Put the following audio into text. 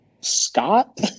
scott